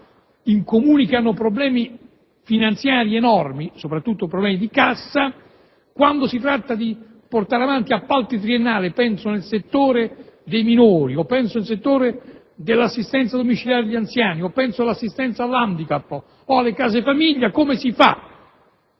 in Comuni che hanno problemi finanziari enormi, soprattutto problemi di cassa, quando si tratta di portare avanti appalti triennali (penso ai settori dei minori o al settore dell'assistenza domiciliare agli anziani, penso all'assistenza all'*handicap* e alle case famiglia), a